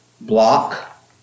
block